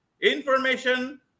information